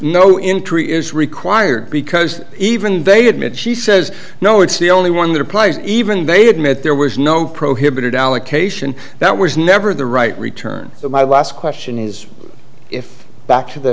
no in tree is required because even they admit she says no it's the only one that applies even they admit there was no prohibited allocation that was never the right return so my last question is if back to the